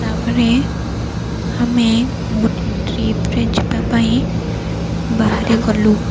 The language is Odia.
ତା'ପରେ ଆମେ ଗୋଟେ ଟ୍ରିପ୍ରେ ଯିବା ପାଇଁ ବାହାରି ଗଲୁ